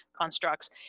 constructs